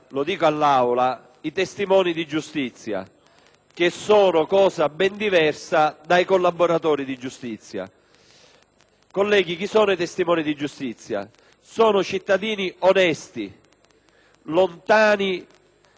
Colleghi, i testimoni di giustizia sono cittadini onesti, lontani dall'organizzazione mafiosa, che rifiutano la cultura dell'omertà, denunciano,